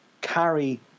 carry